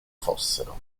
fossero